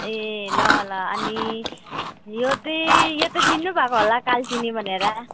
ए ल ल अनि यो चाहिँ यो त चिन्नुभएको होला कालचिनी भनेर